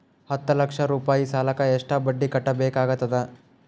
ಹತ್ತ ಲಕ್ಷ ರೂಪಾಯಿ ಸಾಲಕ್ಕ ಎಷ್ಟ ಬಡ್ಡಿ ಕಟ್ಟಬೇಕಾಗತದ?